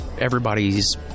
everybody's